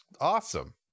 awesome